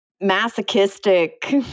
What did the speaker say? masochistic